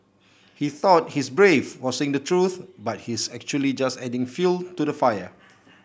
he thought he's brave for saying the truth but he's actually just adding fuel to the fire